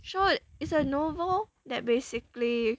so it's a novel that basically